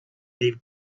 leave